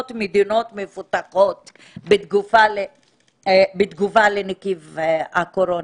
מדינות מפותחות בתגובה לנגיף הקורונה.